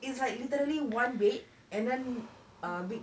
it's like literally one bed and then a big